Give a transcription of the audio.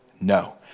No